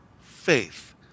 faith